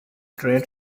trade